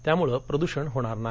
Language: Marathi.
त्यामुळे प्रदूषण होणार नाही